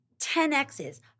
10x's